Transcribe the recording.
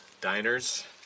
diners